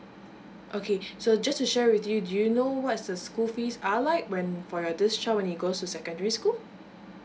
okay so just to share with you do you know what's the school fees are like went for your this child when it goes to secondary school